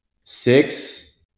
Six